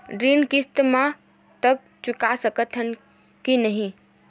ऋण किस्त मा तक चुका सकत हन कि नहीं?